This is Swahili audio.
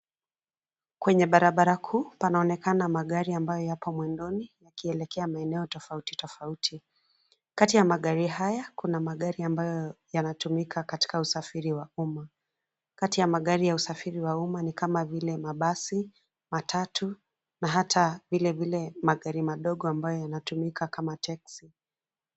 Kwenye barabara kuu kunaonekana magari ambayo yapo mwendoni yakielekea maeneo tofauti tofauti kati ya magari haya kuna magari ambayo yanatumika katika usafiri wa uma. Kati ya magari ya usafiri wa uma ni kama vile mabasi, matatu na hata vilevile magari madogo ambayo yanatumika kama teksi.